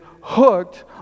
hooked